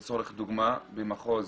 לדוגמה, במחוז